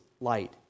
light